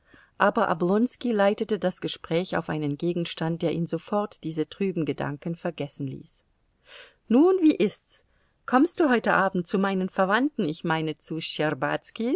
aber oblonski leitete das gespräch auf einen gegenstand der ihn sofort diese trüben gedanken vergessen ließ nun wie ist's kommst du heute abend zu meinen verwandten ich meine zu